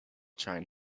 trying